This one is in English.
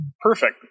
perfect